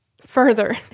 further